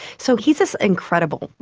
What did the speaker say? so he's this incredible,